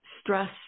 stress